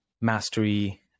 mastery